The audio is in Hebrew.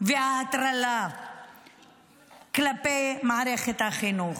וההטרלה כלפי מערכת החינוך.